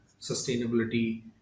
sustainability